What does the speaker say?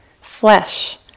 flesh